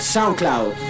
SoundCloud